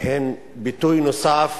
הן ביטוי נוסף